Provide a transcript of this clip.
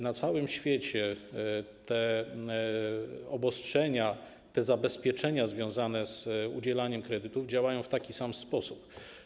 Na całym świecie obostrzenia, zabezpieczenia związane z udzielaniem kredytów działają w taki sam sposób.